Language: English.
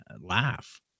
Laugh